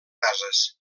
cases